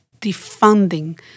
defunding